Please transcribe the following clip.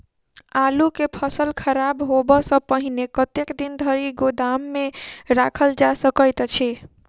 आलु केँ फसल खराब होब सऽ पहिने कतेक दिन धरि गोदाम मे राखल जा सकैत अछि?